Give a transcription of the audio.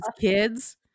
kids